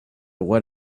what